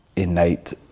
innate